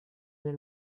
nel